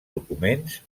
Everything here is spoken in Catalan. documents